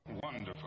Wonderful